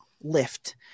lift